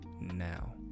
now